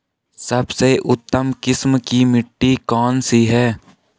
सबसे उत्तम किस्म की मिट्टी कौन सी है?